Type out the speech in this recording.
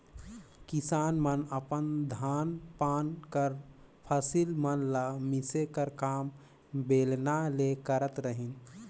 किसान मन अपन धान पान कर फसिल मन ल मिसे कर काम बेलना ले करत रहिन